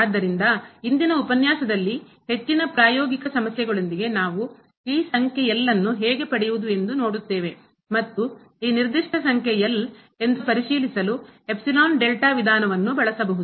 ಆದ್ದರಿಂದ ಇಂದಿನ ಉಪನ್ಯಾಸದಲ್ಲಿ ಹೆಚ್ಚಿನ ಪ್ರಾಯೋಗಿಕ ಸಮಸ್ಯೆಗಳೊಂದಿಗೆ ನಾವು ಈ ಸಂಖ್ಯೆ ಅನ್ನು ಹೇಗೆ ಪಡೆಯುವುದು ಎಂದು ನೋಡುತ್ತೇವೆ ಮತ್ತು ಈ ನಿರ್ದಿಷ್ಟ ಸಂಖ್ಯೆ L ಎಂದು ಪರಿಶೀಲಿಸಲು ಎಪ್ಸಿಲಾನ್ ಡೆಲ್ಟಾ ವಿಧಾನವನ್ನು ಬಳಸಬಹುದು